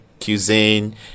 cuisine